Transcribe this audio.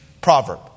proverb